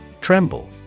Tremble